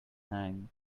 hanged